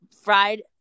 fried